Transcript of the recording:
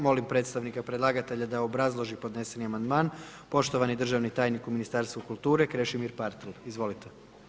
Molim predstavnika predlagatelja da obrazloži podneseni amandman, poštovani državni tajnik u Ministarstvu kulture Krešimir Partl, izvolite.